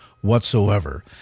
whatsoever